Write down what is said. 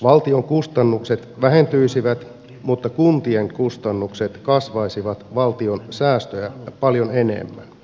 valtion kustannukset vähentyisivät mutta kuntien kustannukset kasvaisivat valtion säästöjä paljon enemmän